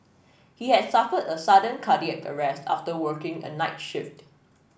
he had suffered a sudden cardiac arrest after working a night shift